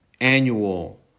annual